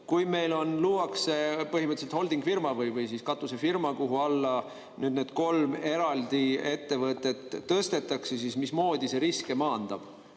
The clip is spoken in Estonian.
kui meil luuakse põhimõtteliselt holdingfirma või katusfirma, kuhu alla need kolm eraldi ettevõtet tõstetakse, siis mismoodi see riske maandab.